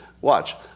Watch